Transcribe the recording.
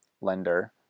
lender